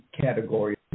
category